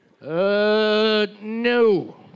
no